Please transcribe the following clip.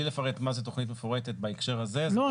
לפרט מה זה תכנית מפורטת בהקשר הזה --- לא,